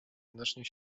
znacznie